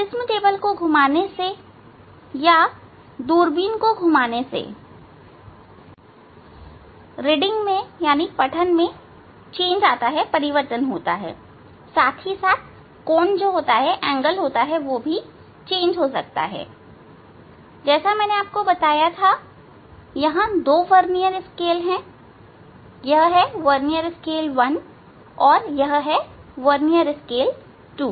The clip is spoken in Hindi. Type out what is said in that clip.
प्रिज्म टेबल को घुमाने से या दूरबीन को घुमाने से रीडिंग में परिवर्तन कोण में परिवर्तन हो सकता है जैसा मैंने बताया था यहां 2 वर्नियर स्केल है वर्नियर स्केल 1 और वर्नियर स्केल 2